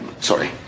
sorry